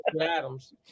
Adams